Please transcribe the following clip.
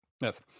Yes